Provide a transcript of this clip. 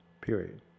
period